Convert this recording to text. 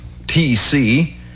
TC